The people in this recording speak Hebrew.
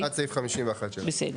עד סעיף 51. בסדר.